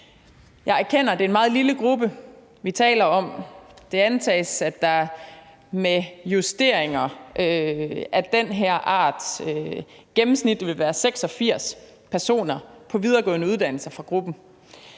Jeg erkender, at det er en meget lille gruppe, vi taler om. Det antages, at der med justeringer af den her art gennemsnitligt vil være 86 personer på videregående uddannelser fra gruppen.